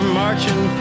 marching